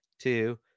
two